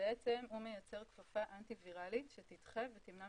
שבעצם הוא מייצר כפפה אנטי ויראלית שתדחה ותמנע